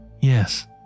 Yes